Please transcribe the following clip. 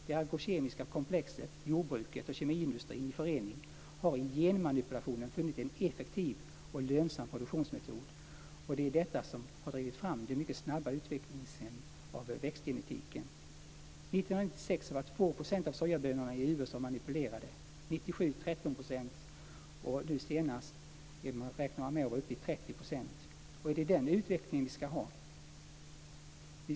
Det agrokemiska komplexet, jordbruket och kemiindustrin i förening har i genmanipulationen funnit en effektiv och lönsam produktionsmetod, och det är detta som har drivit fram den mycket snabba utvecklingen av växtgenetiken. År 1996 var 2 % av sojabönorna i USA manipulerade, 1997 var det 13 % och nu senast räknar man med att vara uppe i 30 %. Är det den utvecklingen vi skall ha?